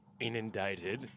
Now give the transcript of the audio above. inundated